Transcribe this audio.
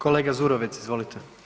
Kolega Zurovec, izvolite.